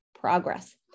progress